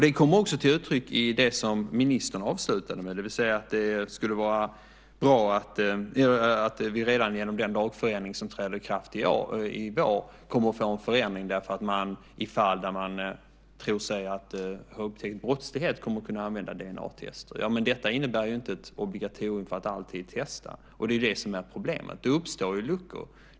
Det kommer också till uttryck i det som ministern avslutade med, det vill säga att vi redan genom den lagförändring som träder i kraft i vår kommer att få en förändring därför att man i fall där man tror sig ha upptäckt brottslighet kommer att kunna använda DNA-test. Ja, men detta innebär ju inte ett obligatorium för att alltid testa. Det är det som är problemet. Det uppstår luckor.